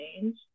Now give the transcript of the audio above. change